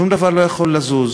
שום דבר לא יכול לזוז.